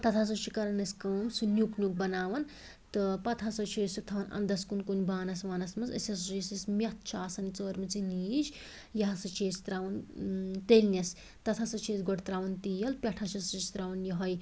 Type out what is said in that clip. تتھ ہَسا چھِ کران أسۍ کٲم سُہ نیٛک نیٛک بناوان تہٕ پَتہٕ ہَسا چھِ أسۍ سُہ تھاوان اَنٛدَس کُن کُنہ بانَس وانَس مَنٛز أسۍ ہَسا چھِ یُس اسہِ میٚتھ چھِ آسان ژٲرمٕژ یہِ نیٖج یہِ ہَسا چھِ أسۍ ترٛاوان تٔلنِس تتھ ہَسا چھِ گۄڈٕ أسۍ ترٛاوان تیٖل پٮ۪ٹھہٕ ہَسا چھُس ترٛاوان یہوے